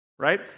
Right